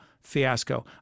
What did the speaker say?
fiasco